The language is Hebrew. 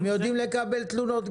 הם יודעים לקבל תלונות,